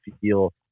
feel